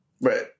Right